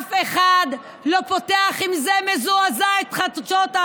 ואף אחד לא פותח עם זה מזועזע את החדשות.